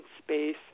space